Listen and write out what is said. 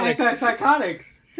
Anti-psychotics